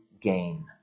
gain